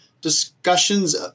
discussions